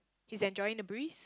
he's enjoying the breeze